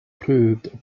proved